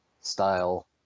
style